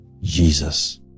Jesus